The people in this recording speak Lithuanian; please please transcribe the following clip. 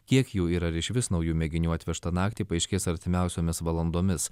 kiek jų yra ir išvis naujų mėginių atvežtą naktį paaiškės artimiausiomis valandomis